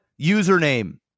username